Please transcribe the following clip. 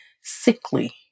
sickly